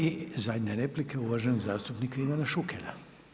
I zadnja replika uvaženog zastupnika Ivana Šukera.